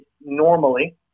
normally